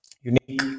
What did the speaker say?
unique